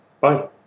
Bye